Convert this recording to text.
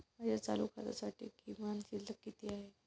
माझ्या चालू खात्यासाठी किमान शिल्लक किती आहे?